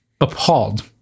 appalled